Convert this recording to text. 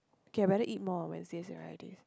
okay I rather eat more Wednesday sia like this